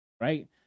right